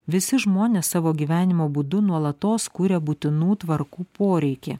visi žmonės savo gyvenimo būdu nuolatos kuria būtinų tvarkų poreikį